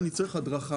אני צריך הדרכה.